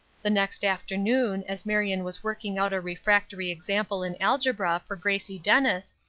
the next afternoon, as marion was working out a refractory example in algebra for gracie dennis,